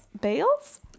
Bales